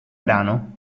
brano